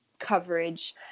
coverage